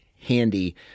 handy